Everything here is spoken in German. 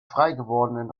freigewordenen